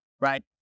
right